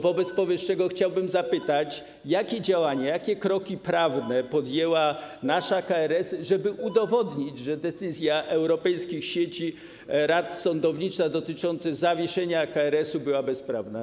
Wobec powyższego chciałbym zapytać, jakie działania, jakie kroki prawne podjęła nasza KRS, żeby udowodnić, że decyzja Europejskich Sieci Rad Sądownictwa dotycząca zawieszania KRS-u była bezprawna.